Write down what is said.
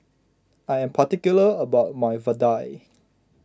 I am particular about my Vadai